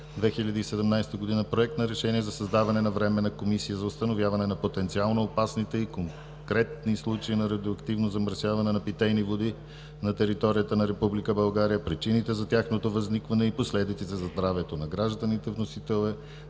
е постъпил Проект на решение за създаване на Временна комисия за установяване на потенциално опасните и конкретни случаи на радиоактивно замърсяване на питейни води на територията на Република България, причините за тяхното възникване и последиците за здравето на гражданите. Вносител